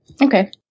Okay